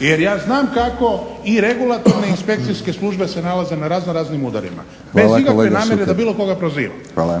Jer ja znam kako i regulatorne i inspekcijske službe se nalaze na raznoraznim udarima, bez ikakve namjere da bilo koga prozivam.